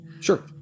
Sure